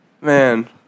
Man